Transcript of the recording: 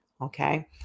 Okay